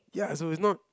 ya so it's not